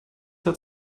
had